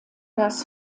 das